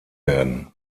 werden